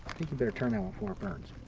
think you better turn that one before it burns.